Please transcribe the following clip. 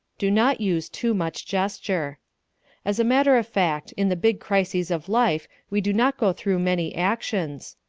do not use too much gesture as a matter of fact, in the big crises of life we do not go through many actions.